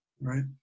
right